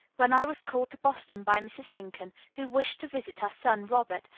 when i was called to boston by mrs. lincoln, who wished to visit her son robert,